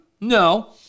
No